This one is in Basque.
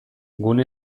gune